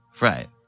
Right